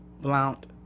Blount